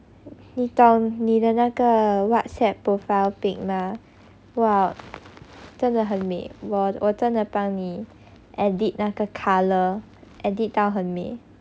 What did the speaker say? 你懂你的那个 whatsapp profile pic 吗哇真的很美我我真的 edit 那个 colour edit 到很美